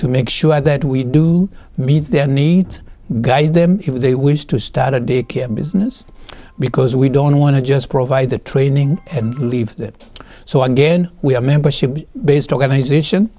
to make sure that we do meet their needs guide them if they wish to start a daycare business because we don't want to just provide the training and leave it so again we have a membership based organization